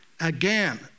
again